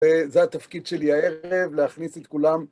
וזה התפקיד שלי הערב, להכניס את כולם.